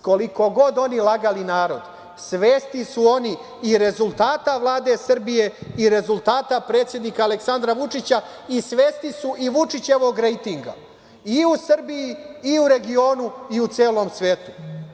Koliko god oni lagali narod, svesni su oni i rezultata Vlade Srbije i rezultata predsednika Aleksandra Vučića i svesni su i Vučićevog rejtinga i u Srbiji i u regionu i u celom svetu.